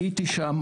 הייתי שם,